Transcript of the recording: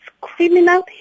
criminal